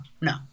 no